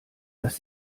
dass